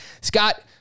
Scott